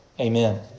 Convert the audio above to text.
Amen